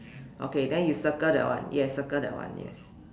okay then you circle that one yes circle that one yes